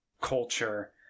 Culture